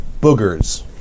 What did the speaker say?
boogers